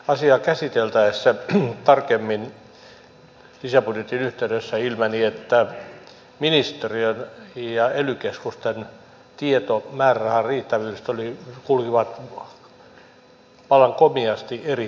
asiaa käsiteltäessä tarkemmin lisäbudjetin yhteydessä ilmeni että ministeriön ja ely keskusten tiedot määrärahan riittävyydestä kulkivat vallan komiasti eri tahtia